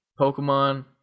Pokemon